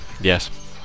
Yes